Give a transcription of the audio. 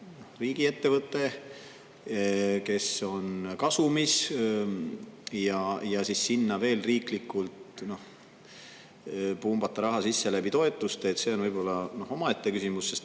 riigiettevõte, kes on kasumis, ja siis sinna veel riiklikult pumbata raha sisse läbi toetuste, et see on võib-olla omaette küsimus, sest,